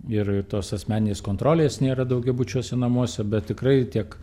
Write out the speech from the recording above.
ir tos asmeninės kontrolės nėra daugiabučiuose namuose bet tikrai tiek